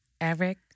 Eric